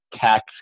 tax